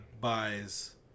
buys